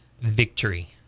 victory